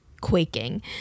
quaking